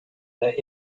that